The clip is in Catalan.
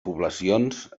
poblacions